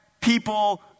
people